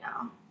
now